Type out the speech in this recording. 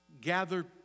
gather